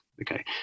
Okay